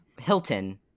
Hilton